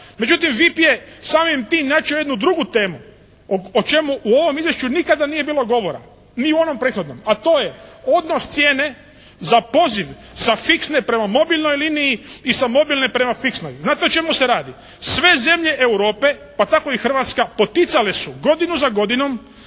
Međutim, VIP je samim tim načeo jednu drugu temu o čemu u ovom izvješću nikada nije bilo govora, ni u onom prethodnom. A to je odnos cijene za poziv sa fiksne prema mobilnoj liniji i sa mobilne prema fiksnoj. Znate o čemu se radi? Sve zemlje Europe pa tako i Hrvatska poticale su godinu za godinom